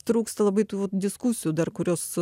trūksta labai tų vatdiskusijų dar kurios